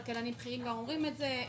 כלכלנים בכירים גם אומרים את זה,